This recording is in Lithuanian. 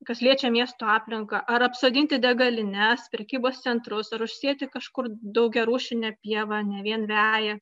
kas liečia miesto aplinką ar apsodinti degalines prekybos centrus ar užsėti kažkur daugiarūšinę pievą ne vien veją